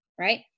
right